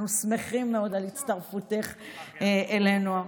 אנחנו שמחים מאוד על הצטרפותך אלינו.